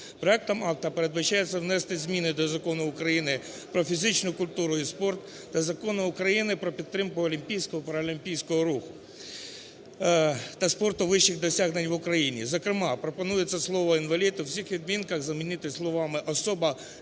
Проектом акту передбачається внести зміни до Закону України "Про фізичну культуру і спорт" та Закону України "Про підтримку олімпійського, паралімпійського руху та спорту вищих досягнень в Україні". Зокрема, пропонується слово "інвалід" у всіх відмінках замінити словами "особа